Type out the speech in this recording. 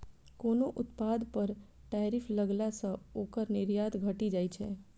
कोनो उत्पाद पर टैरिफ लगला सं ओकर निर्यात घटि जाइ छै